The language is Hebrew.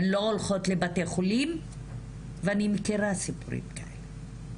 הן לא הולכות לבתי חולים ואני מכירה סיפורים כאלה.